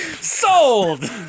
Sold